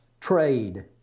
trade